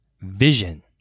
vision